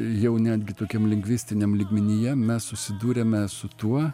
jau netgi tokiam lingvistiniam lygmenyje mes susidūrėme su tuo